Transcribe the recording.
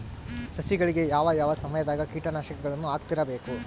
ಸಸಿಗಳಿಗೆ ಯಾವ ಯಾವ ಸಮಯದಾಗ ಕೇಟನಾಶಕಗಳನ್ನು ಹಾಕ್ತಿರಬೇಕು?